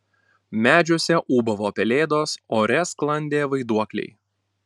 medžiuose ūbavo pelėdos ore sklandė vaiduokliai